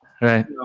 Right